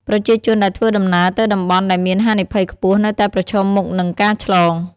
ប្រជាជនដែលធ្វើដំណើរទៅតំបន់ដែលមានហានិភ័យខ្ពស់នៅតែប្រឈមមុខនឹងការឆ្លង។